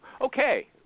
Okay